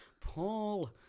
Paul